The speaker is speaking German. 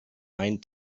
main